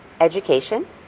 education